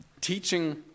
teaching